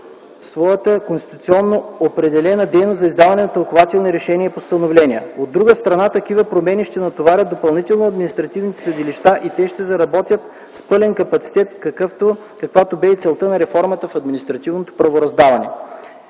своята конституционно определена дейност за издаване на тълкувателни решения и постановления. От друга страна, такива промени ще натоварят допълнително административните съдилища и те ще заработят с пълен капацитет, каквато бе и целта на реформата в административното правораздаване.